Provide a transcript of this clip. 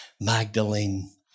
Magdalene